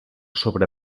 sobre